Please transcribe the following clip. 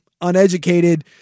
uneducated